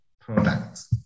products